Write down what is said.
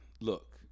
look